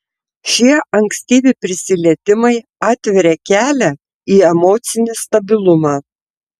šie ankstyvi prisilietimai atveria kelią į emocinį stabilumą